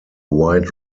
wide